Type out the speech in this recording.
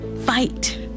fight